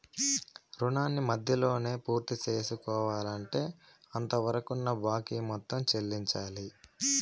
రుణాన్ని మధ్యలోనే పూర్తిసేసుకోవాలంటే అంతవరకున్న బాకీ మొత్తం చెల్లించాలి